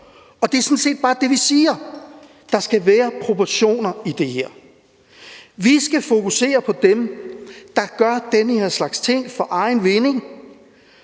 Det er sådan set bare det, vi siger: Der skal være proportioner i det her. Vi skal fokusere på dem, der gør den her slags ting for egen vinding,